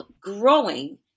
growing